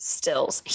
stills